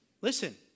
listen